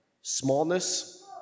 smallness